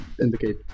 indicate